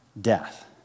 death